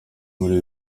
muri